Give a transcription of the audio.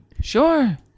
Sure